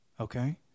okay